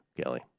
Kelly